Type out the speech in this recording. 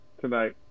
tonight